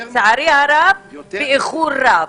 לצערי הרב, באיחור רב.